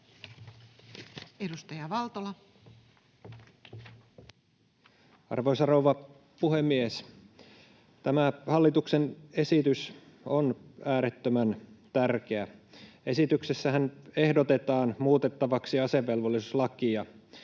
20:41 Content: Arvoisa rouva puhemies! Tämä hallituksen esitys on äärettömän tärkeä. Esityksessähän ehdotetaan muutettavaksi asevelvollisuuslakia.